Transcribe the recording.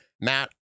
Matt